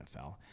NFL